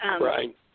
Right